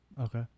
Okay